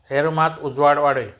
हे रुमांत उजवाड वाडय